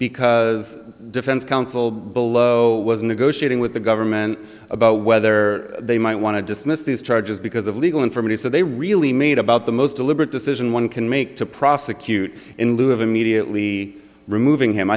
because defense counsel below was negotiating with the government about whether they might want to dismiss these charges because of legal and for many so they really made about the most deliberate decision one can make to prosecute in lieu of immediately removing him